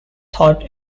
thought